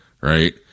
Right